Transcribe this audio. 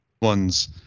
ones